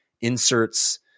inserts